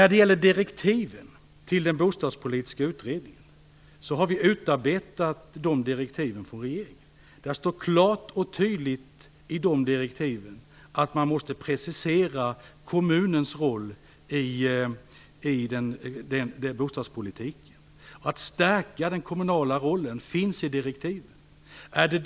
Det är regeringen som har utarbetat direktiven till den bostadspolitiska utredningen. Där står klart och tydligt att man måste precisera kommunens roll i bostadspolitiken. Att man skall stärka den kommunala rollen finns med i direktiven.